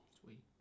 Sweet